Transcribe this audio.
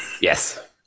Yes